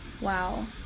Wow